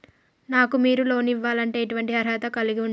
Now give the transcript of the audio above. నాకు మీరు లోన్ ఇవ్వాలంటే ఎటువంటి అర్హత కలిగి వుండాలే?